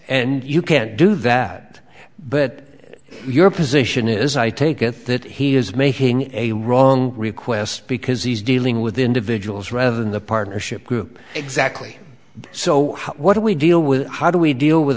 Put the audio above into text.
and you can't do that but your position is i take it that he is making a wrong request because he's dealing with individuals rather than the partnership group exactly so what do we deal with how do we deal with